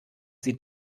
sie